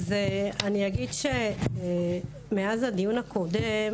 אני אגיד שמאז הדיון הקודם